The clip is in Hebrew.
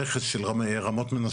הרכס של רמות מנשה.